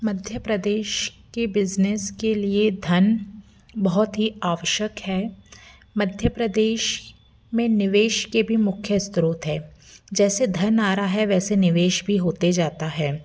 मध्य प्रदेश के बिज़नेस के लिए धन बहुत ही आवश्यक है मध्य प्रदेश में निवेश के भी मुख्य स्रोत हैं जैसे धन आ रहा है वैसे निवेश भी होते जाता है